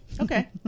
Okay